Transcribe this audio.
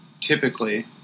typically